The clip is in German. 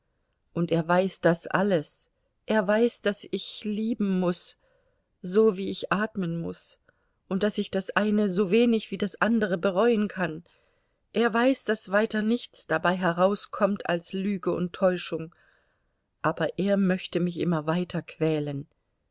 und er weiß das alles er weiß daß ich lieben muß so wie ich atmen muß und daß ich das eine sowenig wie das andere bereuen kann er weiß daß weiter nichts dabei herauskommt als lüge und täuschung aber er möchte mich immer weiter quälen